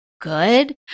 good